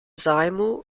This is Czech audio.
zájmu